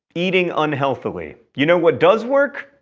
eating unheathily. you know what does work?